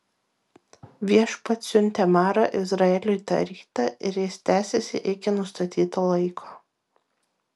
viešpats siuntė marą izraeliui tą rytą ir jis tęsėsi iki nustatyto laiko